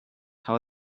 how